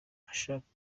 ashaka